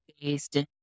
based